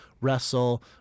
wrestle